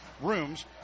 rooms